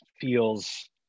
feels